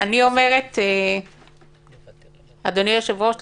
אדוני היושב-ראש,